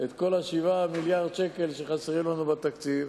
את כל 7 מיליארדי הש"ח שחסרים לנו בתקציב.